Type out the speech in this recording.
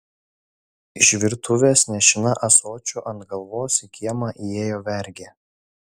iš virtuvės nešina ąsočiu ant galvos į kiemą įėjo vergė